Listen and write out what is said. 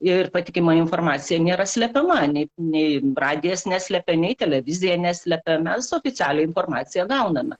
ir patikima informacija nėra slepiama nei nei radijas neslepia nei televizija neslepia mes oficialią informaciją gauname